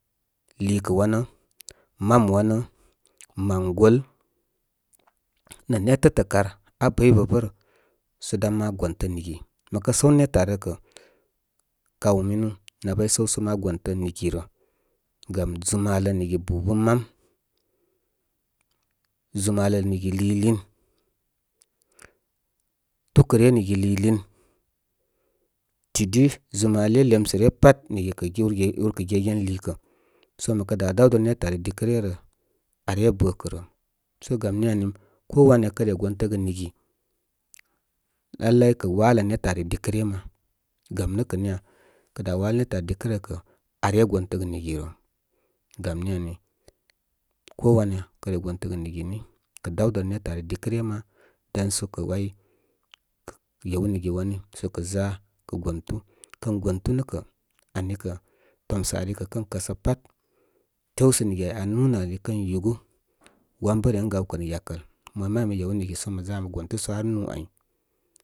Liikə wanə, mam wanə, mangol nə nétə tə kar abəy bə bərə. Sə dan ma gontə nigi məkə səw nə nétə ari rə kə, kaw minu, nay bay, səw sə ma gontə nigi rə. Gam zum malə nigi bukun mam, zum malə nigi liilin. Tuukə ryə nigi liilin. Tidi zum male nə lemsə ryə pat nigi kə gergə urkə gegen liikə. So məkə dá dawduru netə air dikə ryə rə, are bəkə rə. Sə gam ni ani, ko wanya kə re gontəgə nigi, lailai kə walə nétə ari dikə ryə, ma, gamnə kə nuja? Kə da walə nétə ari dikə rə kə, are gontəgə nigi re. Gam nini ko wanya kə re gontəgə nigi ni kə dawdə netə ari dikə ryə ma. dan so kə ‘way kə yew nigi wani sə kə za kə gontu. Kən kəsə pat, tew sə nigi áy aa nunə ali kənyúgú wan bə ren gaw kə nə yakəl. Mo may mə yew nigi mo za mo gontu sə har nú ay.